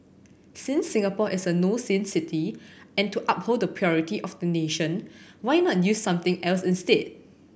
since Singapore is a no sin city and to uphold the purity of the nation why not use something else instead